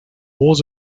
wars